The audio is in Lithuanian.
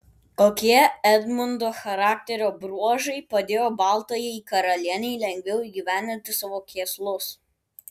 kokie edmundo charakterio bruožai padėjo baltajai karalienei lengviau įgyvendinti savo kėslus